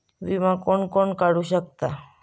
विमा कोण कोण काढू शकता?